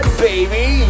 Baby